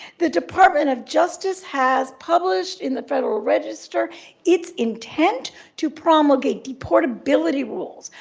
the department of justice has published in the federal register its intent to promulgate deportability rules.